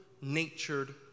natured